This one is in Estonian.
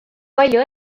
palju